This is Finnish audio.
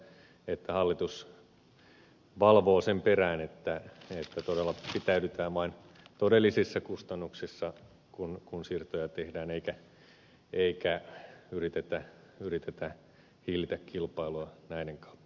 toivon että hallitus valvoo sen perään että todella pitäydytään vain todellisissa kustannuksissa kun siirtoja tehdään eikä yritetä hillitä kilpailua näiden kautta